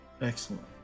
Excellent